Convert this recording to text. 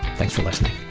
thanks for listening